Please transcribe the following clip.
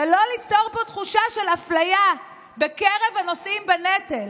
ולא ליצור פה תחושה של אפליה בקרב הנושאים בנטל.